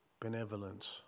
benevolence